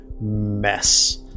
mess